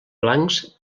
blancs